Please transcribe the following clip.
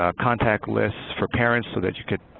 ah contact lists for parents so that you could,